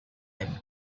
stepped